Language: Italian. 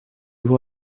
può